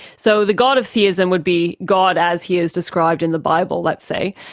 so the god of theism would be god as he is described in the bible let's say,